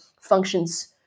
functions